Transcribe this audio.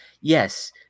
yes